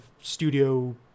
studio